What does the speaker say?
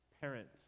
parent